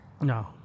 No